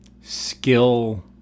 skill